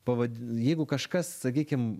pavad jeigu kažkas sakykim